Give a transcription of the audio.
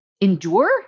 endure